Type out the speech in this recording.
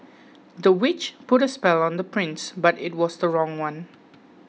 the witch put a spell on the prince but it was the wrong one